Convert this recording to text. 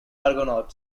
argonaut